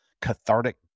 cathartic